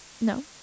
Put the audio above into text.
No